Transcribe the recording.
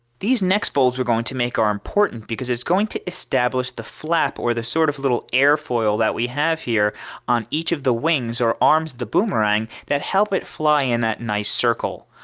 these next folds we're going to make are important because it's going to establish the flap or the sort of little air foil that we have here on each of the wings or arms the boomerang that help it fly in that nice circle.